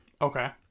okay